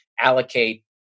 allocate